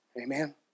Amen